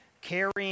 carrying